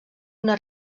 una